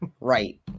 right